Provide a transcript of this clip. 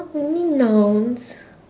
only nouns